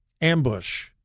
Ambush